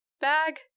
bag